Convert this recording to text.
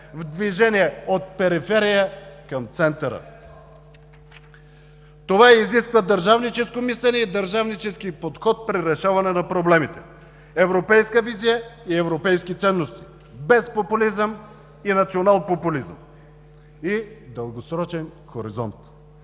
в движение от периферия към центъра. Това изисква държавническо мислене и държавнически подход при решаване на проблемите, европейска визия и европейски ценности, без популизъм и национал-популизъм и дългосрочен хоризонт.